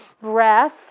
breath